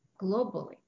globally